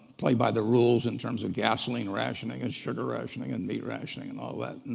played by the rules in terms of gasoline rationing and sugar rationing and meat rationing and all that.